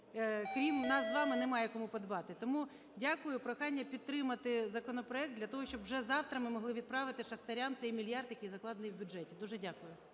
крім нас з вами, немає кому подбати. Тому дякую. Прохання підтримати законопроект для того, щоб вже завтра ми могли відправити шахтарям цей мільярд, який закладений в бюджет. Дуже дякую.